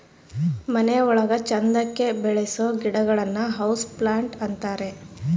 ಮನೆ ಒಳಗ ಚಂದಕ್ಕೆ ಬೆಳಿಸೋ ಗಿಡಗಳನ್ನ ಹೌಸ್ ಪ್ಲಾಂಟ್ ಅಂತಾರೆ